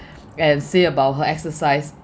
and say about her exercise